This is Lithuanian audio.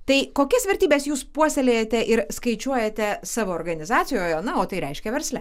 tai kokias vertybes jūs puoselėjate ir skaičiuojate savo organizacijoje na o tai reiškia versle